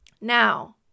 Now